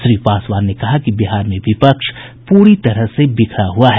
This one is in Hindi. श्री पासवान ने कहा कि बिहार में विपक्ष पूरी तरह से बिखरा हुआ है